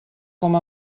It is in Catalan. com